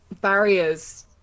barriers